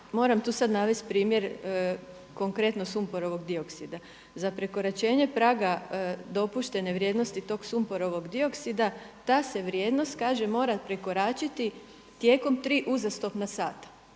moram tu sad navest primjer konkretno sumporovog dioksida. Za prekoračenje praga dopuštene vrijednosti tog sumporovog dioksida ta se vrijednost kažem mora prekoračiti tijekom tri uzastopna sata.